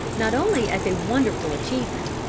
not only as a wonderful achievement,